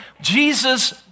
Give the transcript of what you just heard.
Jesus